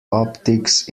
optics